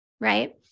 right